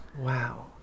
Wow